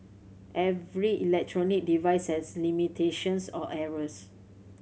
every electronic device has limitations or errors